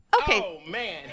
Okay